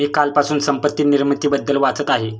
मी कालपासून संपत्ती निर्मितीबद्दल वाचत आहे